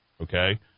okay